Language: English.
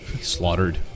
slaughtered